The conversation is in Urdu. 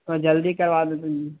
تھوڑا جلدی کروا دو تو جی